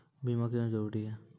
बीमा क्यों जरूरी हैं?